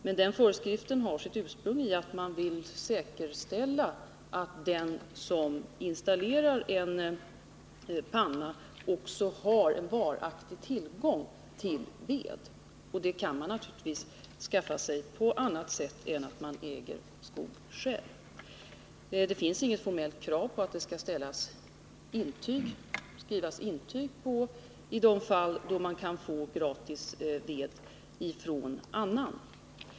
Men den föreskriften har sitt ursprung i att man vill säkerställa att den som installerar en vedpanna också har varaktig tillgång till ved. Det kan man naturligtvis skaffa sig på annat sätt än genom att själv äga skog. Det ställs inget formellt krav på att det skall utfärdas intyg i de fall där den sökande gratis får ved från någon annan.